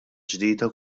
ġdida